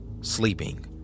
sleeping